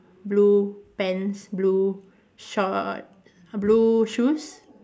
blue pants blue shorts blue shoes